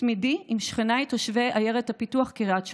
תמידי עם שכניי תושבי עיירת הפיתוח קריית שמונה,